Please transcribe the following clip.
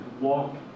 Walk